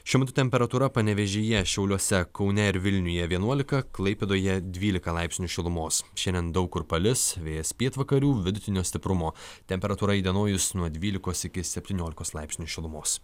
šiuo metu temperatūra panevėžyje šiauliuose kaune ir vilniuje vienuolika klaipėdoje dvylika laipsnių šilumos šiandien daug kur palis vėjas pietvakarių vidutinio stiprumo temperatūra įdienojus nuo dvylikos iki septyniolikos laipsnių šilumos